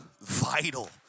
vital